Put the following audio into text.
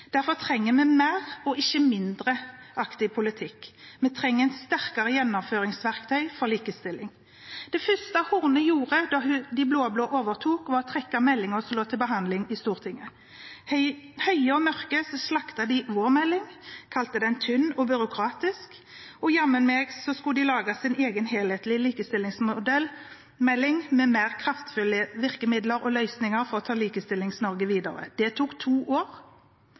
Derfor trenger vi mer, ikke mindre, aktiv politikk, og vi trenger et sterkere gjennomføringsverktøy for likestillingen. Det første statsråd Horne gjorde da de blå-blå overtok, var å trekke meldingen som lå til behandling i Stortinget. Høye og mørke slaktet de vår melding, kalte den tynn og byråkratisk, og jammen skulle de lage sin egen helhetlige likestillingsmelding, med mer kraftfulle virkemidler og løsninger for å ta Likestillings-Norge videre. Det tok to år.